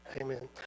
Amen